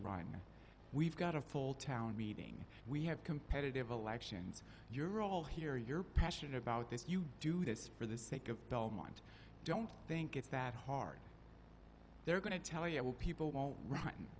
now we've got a full town meeting we have competitive elections you're all here you're passionate about this you do this for the sake of belmont don't think it's that hard they're going to tell you will people won't run